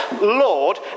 Lord